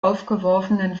aufgeworfenen